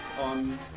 on